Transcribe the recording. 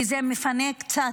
כי זה מפנה קצת,